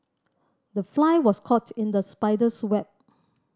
the fly was caught in the spider's web